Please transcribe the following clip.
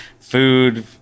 food